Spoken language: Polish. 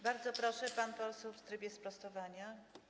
Bardzo proszę, pan poseł w trybie sprostowania.